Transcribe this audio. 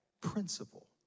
principle